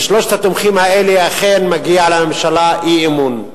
בשלושת התחומים האלה אכן מגיע לממשלה אי-אמון.